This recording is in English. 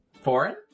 Foreign